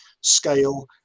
scale